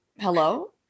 Hello